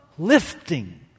lifting